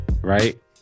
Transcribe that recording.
right